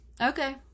Okay